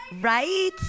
Right